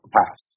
pass